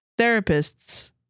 therapists